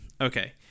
Okay